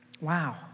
Wow